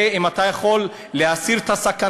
זה, אם אתה יכול, להסיר את הסכנה.